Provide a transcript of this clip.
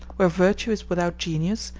where virtue is without genius,